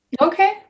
Okay